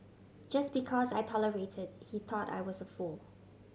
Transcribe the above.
just because I tolerated he thought I was a fool